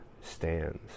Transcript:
stands